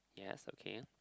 yes okay